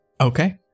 Okay